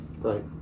Right